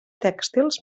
tèxtils